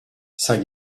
saint